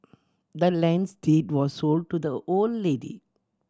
the land's deed was sold to the old lady